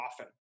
often